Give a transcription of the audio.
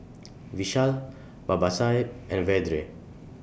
Vishal Babasaheb and Vedre